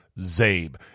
ZABE